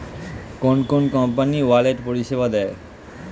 কোন কোন company wallet পরিষেবা দেয়?